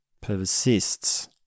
persists